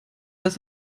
das